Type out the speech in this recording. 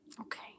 Okay